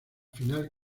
final